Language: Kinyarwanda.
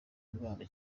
ndwara